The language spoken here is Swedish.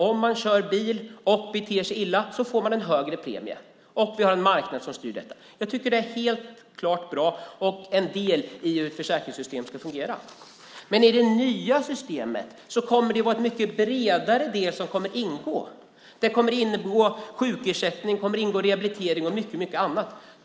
Om man kör bil och beter sig illa får man en högre premie, och vi har en marknad som styr detta. Jag tycker att det är helt klart bra och en del i hur ett försäkringssystem ska fungera. Men i det nya systemet kommer en mycket bredare del att ingå. Det kommer att ingå sjukersättning, rehabilitering och mycket annat.